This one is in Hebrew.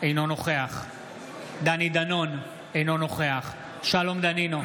אינו נוכח דני דנון, אינו נוכח שלום דנינו,